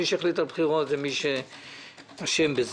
מי שהחליט על בחירות זה מי שאשם בזה.